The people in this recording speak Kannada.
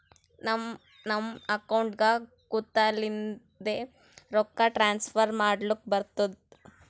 ನಮ್ ನಮ್ ಅಕೌಂಟ್ಗ ಕುಂತ್ತಲಿಂದೆ ರೊಕ್ಕಾ ಟ್ರಾನ್ಸ್ಫರ್ ಮಾಡ್ಲಕ್ ಬರ್ತುದ್